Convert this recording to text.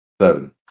Seven